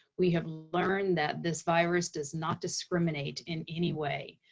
we have learned that this virus does not discriminate in any way.